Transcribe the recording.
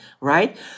right